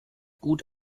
gut